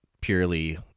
purely